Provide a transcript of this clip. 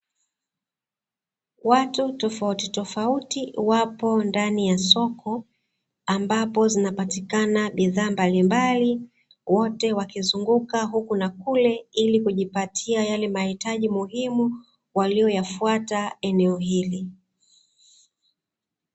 Watu tofautitofauti wapo ndani ya soko, ambapo zinapatikana bidhaa mbalimbali, wote wanazunguka huku na kule ili kujipatia yale mahitaji muhimu, waliyoyafata eneo hili.